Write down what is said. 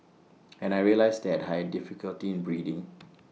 and I realised that I had difficulty in breathing